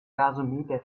gasometer